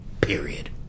Period